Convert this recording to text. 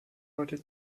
heute